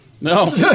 No